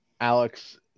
Alex